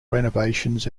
renovations